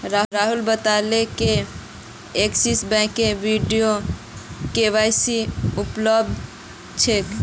राहुल बताले जे एक्सिस बैंकत वीडियो के.वाई.सी उपलब्ध छेक